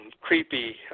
creepy